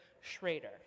Schrader